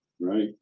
Right